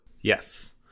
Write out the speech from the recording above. Yes